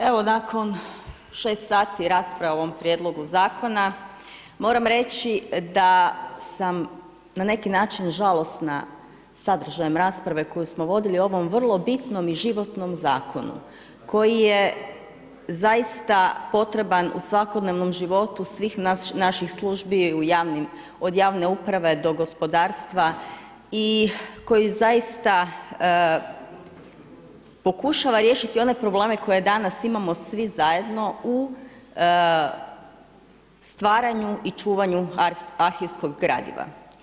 Evo, nakon 6 sati rasprave o ovom prijedlogu zakona, moram reći, da sam na neki način žalosna sadržajem rasprave koju smo vodili u ovom vrlo bitnom i životnom zakonu, koji je zaista, potreban u svakodnevnom životu, svih naših službi u javnim, od javne uprave do gospodarstva i koji zaista pokušava riješiti one probleme koje danas imamo svi zajedno u stvaranju i čuvanju arhivskog gradiva.